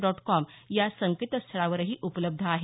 dot com या संकेतस्थळावरही उपलब्ध आहे